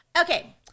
Okay